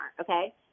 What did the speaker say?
okay